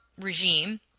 regime